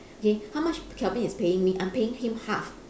k how much calvin is paying me I'm paying him half